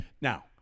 now